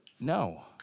No